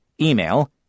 Email